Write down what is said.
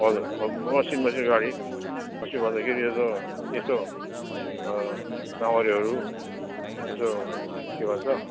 हजुर मसिनोमा चाहिँ गाडी मसिनो भन्दाखेरि यसो यसो कमानेहरू यसो के भन्छ